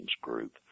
Group